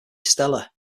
stella